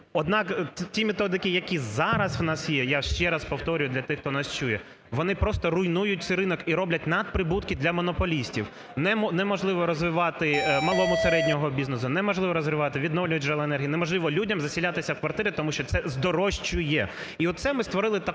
Однак ті методики, які зараз в нас є, я ще раз повторюю для тих, хто нас чує, вони просто руйнують цей ринок і роблять надприбутки для монополістів, неможливо розвивати малому, середньому бізнесу, неможливо розвивати відновлювальні джерела енергії, неможливо людям заселятися в квартири, тому що це здорожує. І оце ми створили такого